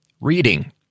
reading